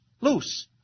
Loose